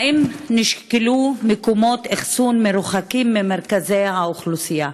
3. האם נשקלו מקומות אחסון מרוחקים ממרכזי האוכלוסייה?